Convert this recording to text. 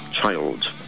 child